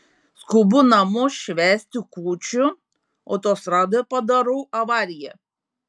skubu namo švęsti kūčių autostradoje padarau avariją